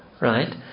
right